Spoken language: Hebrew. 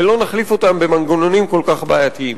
ולא נחליף אותם במנגנונים כל כך בעייתיים.